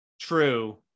true